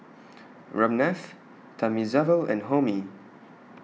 Ramnath Thamizhavel and Homi